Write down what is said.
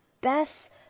best